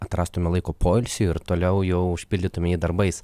atrastume laiko poilsiui ir toliau jau užpildytume jį darbais